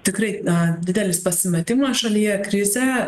tikrai didelis pasimetimas šalyje krizė